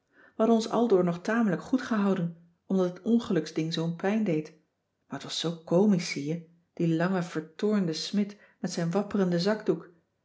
hadden ons aldoor nog tamelijk goed gehouden omdat het ongeluksding zoo'n pijn deed maar t was zoo komisch zie je die lange vertoornde smidt met zijn wapperenden zakdoek